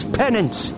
penance